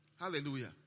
Hallelujah